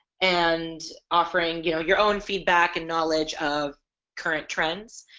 and offering you know your own feedback and knowledge of current trends.